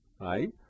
right